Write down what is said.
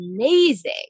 amazing